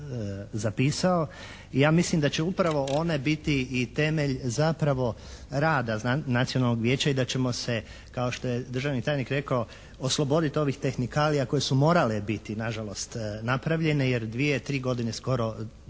ja mislim da će upravo one biti i temelj zapravo rada nacionalnog vijeća i da ćemo se kao što je državni tajnik rekao, oslobodit ovih tehnikalija koje su morale biti nažalost napravljene, jer dvije, tri godine skoro to